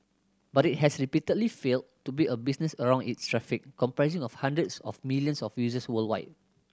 but it has repeatedly failed to build a business around its traffic comprising of hundreds of millions of users worldwide